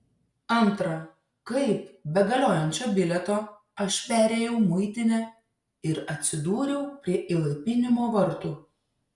antra kaip be galiojančio bilieto aš perėjau muitinę ir atsidūriau prie įlaipinimo vartų